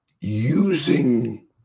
using